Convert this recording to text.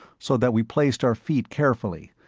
so that we placed our feet carefully,